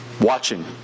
watching